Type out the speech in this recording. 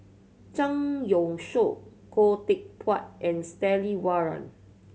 Zhang Youshuo Khoo Teck Puat and Stanley Warren